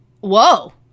Whoa